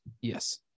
yes